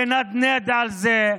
לנדנד על זה.